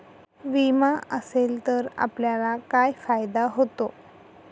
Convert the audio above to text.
विमा असेल तर आपल्याला काय फायदा होतो?